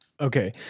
Okay